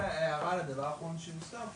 הערה על הדבר האחרון שהוזכר,